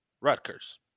Rutgers